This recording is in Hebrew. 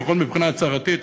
לפחות מבחינה הצהרתית,